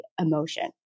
emotion